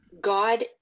God